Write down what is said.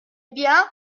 bien